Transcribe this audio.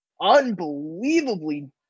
unbelievably